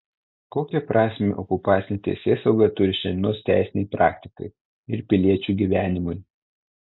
kokią prasmę okupacinė teisėsauga turi šiandienos teisinei praktikai ir piliečių gyvenimui